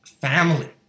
family